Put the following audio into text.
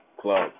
club